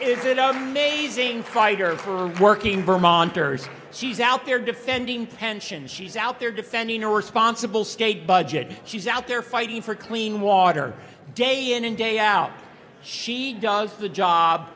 amazing fighter for working vermonters she's out there defending pensions she's out there defending a responsible state budget she's out there fighting for clean water day in and day out she does the job